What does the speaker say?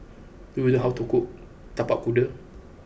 do you know how to cook Tapak Kuda